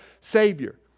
Savior